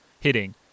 hitting